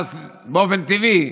ואז באופן טבעי,